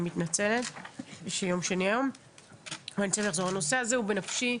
אבל הנושא הזה הוא בנפשי.